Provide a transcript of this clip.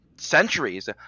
centuries